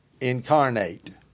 incarnate